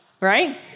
right